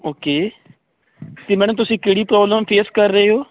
okay ਤੁਸੀਂ madam ਤੁਸੀਂ ਕਿਹੜੀ ਪ੍ਰੋਬਲਮ ਫੇਸ ਕਰ ਰਹੇ ਹੋ